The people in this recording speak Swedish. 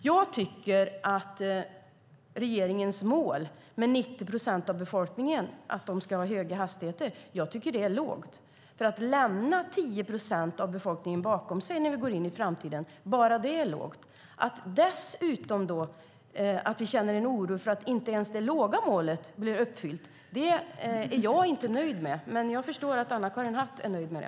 Jag tycker att regeringens mål att 90 procent av befolkningen ska ha höga hastigheter är lågt. Det innebär att lämna 10 procent av befolkningen bakom sig när vi går in i framtiden. Att vi dessutom känner en oro för att inte ens det låga målet blir uppfyllt är jag inte nöjd med, men jag förstår att Anna-Karin Hatt är nöjd med det.